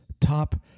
top